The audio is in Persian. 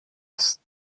است